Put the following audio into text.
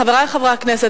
חברי חברי הכנסת,